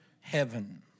heaven